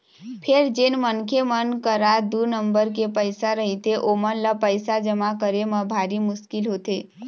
फेर जेन मनखे मन करा दू नंबर के पइसा रहिथे ओमन ल पइसा जमा करे म भारी मुसकिल होथे